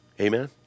Amen